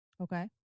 Okay